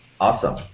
Awesome